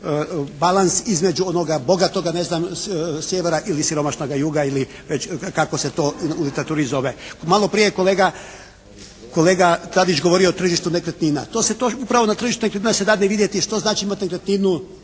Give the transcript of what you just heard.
balans između onoga bogatoga ne znam sjevera ili siromašnoga juga ili već kako se to u literaturi zove. Malo prije je kolega Tadić govorio o tržištu nekretnina. To se upravo na tržištu nekretnina dadne vidjeti što znači imati nekretninu,